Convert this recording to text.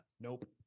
Nope